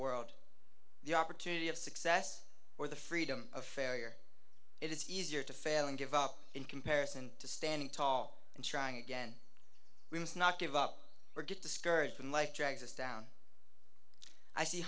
world the opportunity of success or the freedom of failure it is easier to fail and give up in comparison to standing tall and trying again we must not give up or get discouraged when life drags us down i see